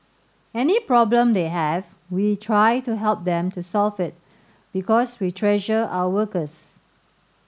any problem they have we try to help them to solve it because we treasure our workers